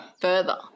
further